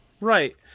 right